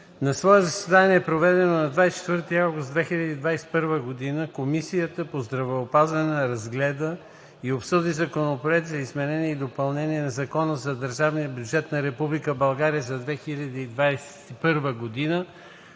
На свое заседание, проведено на 24 август 2021 г., Комисията по здравеопазването разгледа и обсъди Законопроект за изменение и допълнение на Закона за държавния бюджет на Република България за 2021 г.,